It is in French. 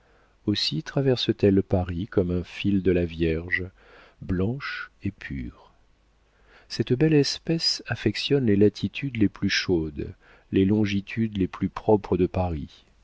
aussi traverse t elle paris comme un fil de la vierge blanche et pure cette belle espèce affectionne les latitudes les plus chaudes les longitudes les plus propres de paris